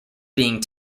being